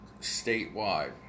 Statewide